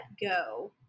go